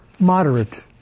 Moderate